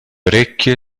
orecchie